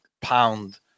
pound